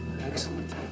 Excellent